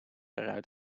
eruit